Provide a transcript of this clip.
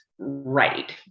right